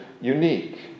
unique